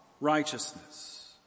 righteousness